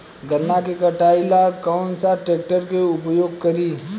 गन्ना के कटाई ला कौन सा ट्रैकटर के उपयोग करी?